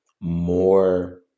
more